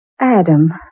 Adam